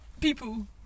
People